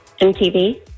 MTV